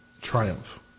Triumph